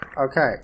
Okay